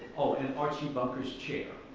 oh, and archie bunker's chair.